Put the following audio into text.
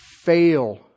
fail